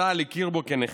צה"ל הכיר בו כנכה,